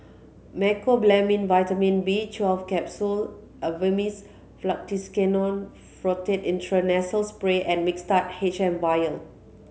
Mecobalamin Vitamin B twelve Capsule Avamys Fluticasone Furoate Intranasal Spray and Mixtard H M Vial